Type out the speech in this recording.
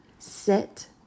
Sit